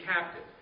captive